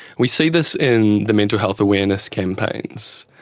we see this in the mental health awareness campaigns.